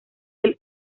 del